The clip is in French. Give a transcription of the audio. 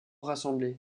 rassemblées